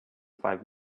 five